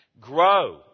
Grow